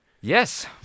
Yes